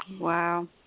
Wow